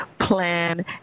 plan